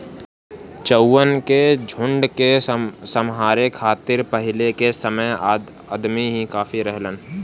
चउवन के झुंड के सम्हारे खातिर पहिले के समय अदमी ही काफी रहलन